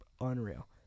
unreal